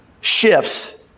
shifts